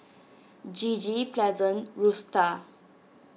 Gigi Pleasant Rutha